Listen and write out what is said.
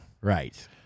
Right